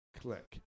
click